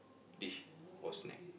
dish or snack